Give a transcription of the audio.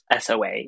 SOA